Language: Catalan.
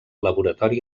laboratori